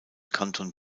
kanton